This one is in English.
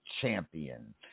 Champion